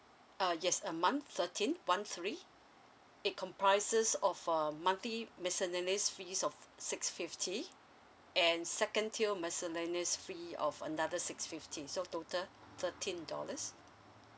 uh yes a month thirteen one three it comprises of a monthly miscellaneous fees of six fifty and second tier miscellaneous fee of another six fifty so total thirteen dollars